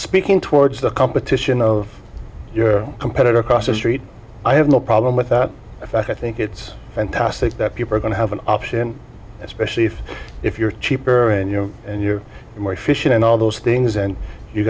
speaking towards the competition of your competitor across the street i have no problem with that in fact i think it's fantastic that people are going to have an option especially if if you're cheaper and you know and you are more efficient and all those things and you